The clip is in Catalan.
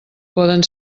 poden